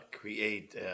create